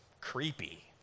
creepy